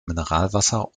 mineralwasser